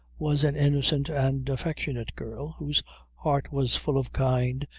was an innocent and affectionate girl, whose heart was full of kind,